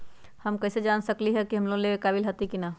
हम कईसे जान सकली ह कि हम लोन लेवे के काबिल हती कि न?